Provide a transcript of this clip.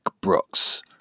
Brooks